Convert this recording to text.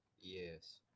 Yes